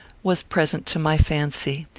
was present to my fancy.